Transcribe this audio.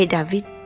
David